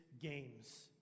games